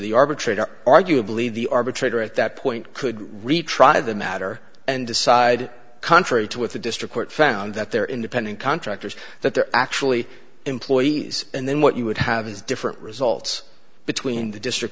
the arbitrator arguably the arbitrator at that point could retry the matter and decide contrary to what the district court found that they're independent contractors that they're actually employees and then what you would have is different results between the district